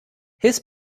his